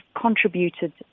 contributed